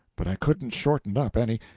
but i couldn't shorten up any,